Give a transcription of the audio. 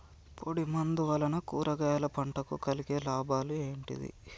పొడిమందు వలన కూరగాయల పంటకు కలిగే లాభాలు ఏంటిది?